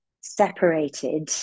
separated